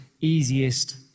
easiest